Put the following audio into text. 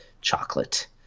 chocolate